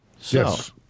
Yes